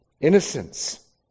innocence